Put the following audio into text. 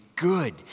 good